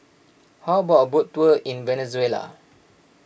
how about a boat tour in Venezuela